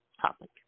topic